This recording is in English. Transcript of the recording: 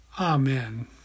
Amen